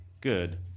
good